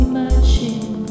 Imagine